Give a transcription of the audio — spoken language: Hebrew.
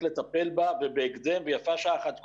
לטפל בה ובהקדם ויפה שעה אחת קודם.